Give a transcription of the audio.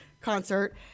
concert